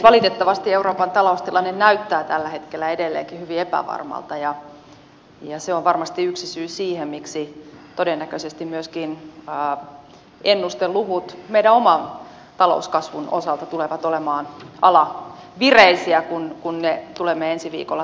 valitettavasti euroopan taloustilanne näyttää tällä hetkellä edelleenkin hyvin epävarmalta ja se on varmasti yksi syy siihen miksi todennäköisesti myöskin ennusteluvut meidän oman talouskasvun osalta tulevat olemaan alavireisiä kun tulemme ne ensi viikolla saamaan